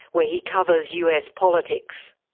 where he covers us politics.